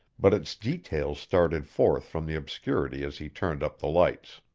but its details started forth from the obscurity as he turned up the lights.